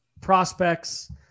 prospects